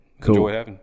Cool